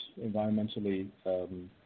environmentally